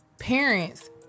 parents